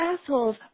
assholes